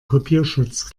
kopierschutz